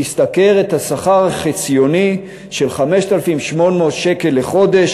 נשתכר בשכר החציוני של 5,800 שקל לחודש